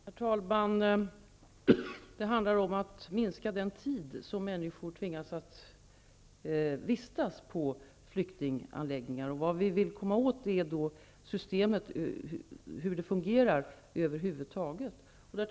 Herr talman! Det handlar om att minska den tid som människor tvingas att vistas på flyktinganläggningar. Vad vi vill komma åt är hur systemet fungerar över huvud taget.